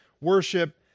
worship